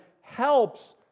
helps